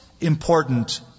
important